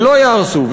ולא ייהרסו,